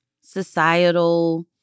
societal